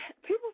People